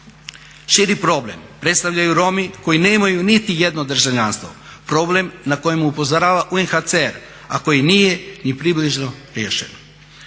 Širi problem predstavljaju Romi koji nemaju niti jedno državljanstvo, problem na koji upozorava UNHCR, a koji nije ni približno riješen.